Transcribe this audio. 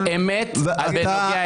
אני אומר אמת בנוגע אליך.